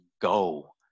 go